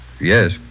Yes